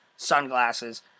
sunglasses